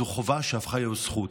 זו חובה שהפכה להיות זכות.